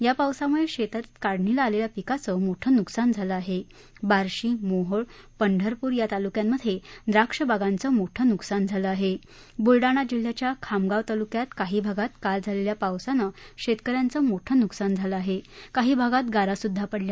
या पावसामुळा अप्पितील काढणीला आलख्वा पीकाच मोठा जुकसान झालाआहा बार्शी मोहोळ पंढरपुर या तालुक्यांमध्राक्ष बागांचं मोठं नुकसान झालाआहा ब्रुलडाणा जिल्हयाच्या खामगाव तालुक्यात काही भागात काल झालख्खा पावसाना शतकेन्यांचमिठनिकसान झालआह काही भागात गारा सद्धा पडल्या